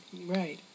Right